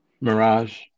mirage